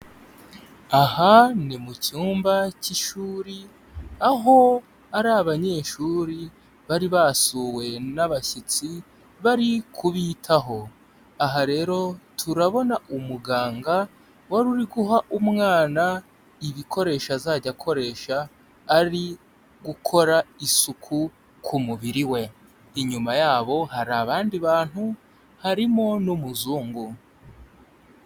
Aha ni mu cyumba cy'ishuri, aho ari abanyeshuri bari basuwe n'abashyitsi bari kubitaho, aha rero turabona umuganga wari uri guha umwana ibikoresho azajya akoresha ari gukora isuku ku mubiri we, inyuma yabo hari abandi bantu harimo n'umuzungu.